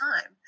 time